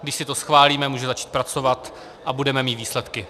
Když si to schválíme, může začít pracovat a budeme mít výsledky.